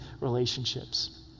relationships